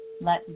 Let